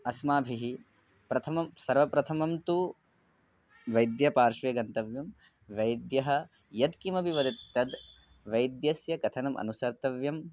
अस्माभिः प्रथमं सर्वप्रथमं तु वैद्यस्य पार्श्वे गन्तव्यं वैद्यः यत्किमपि वदति तद् वैद्यस्य कथनम् अनुसर्तव्यं